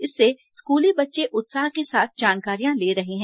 इससे स्कूली बच्चे उत्साह के साथ जानकारियां ले रहे है